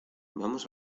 vamos